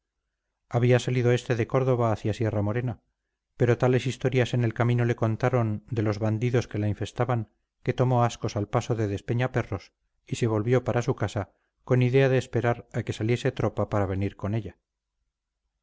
había salido éste de córdoba hacia sierra morena pero tales historias en el camino le contaron de los bandidos que la infestaban que tomó ascos al paso de despeñaperros y se volvió para su casa con idea de esperar a que saliese tropa para venir con ella